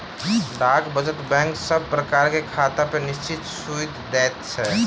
डाक वचत बैंक सब प्रकारक खातापर निश्चित सूइद दैत छै